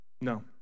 No